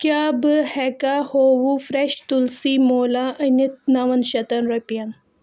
کیٛاہ بہٕ ہٮ۪کھا ہو ہوٗ فرٛیش تُلسی مولا أنِتھ نَوَن شیٚتَن رۄپٮ۪ن